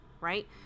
right